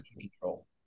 control